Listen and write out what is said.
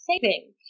saving